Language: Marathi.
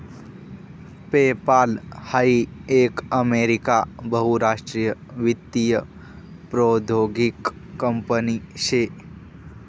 पेपाल हाई एक अमेरिका बहुराष्ट्रीय वित्तीय प्रौद्योगीक कंपनी शे